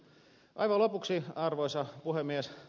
aivan lopuksi arvoisa puhemies